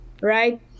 right